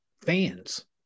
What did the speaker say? fans